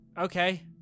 Okay